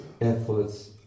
efforts